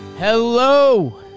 Hello